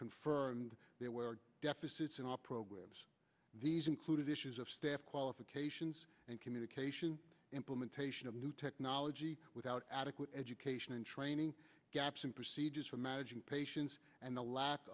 confirmed deficits in our programs these include issues of staff qualifications and communication implementation of new technology without adequate education and training gaps and procedures for managing patients and the lack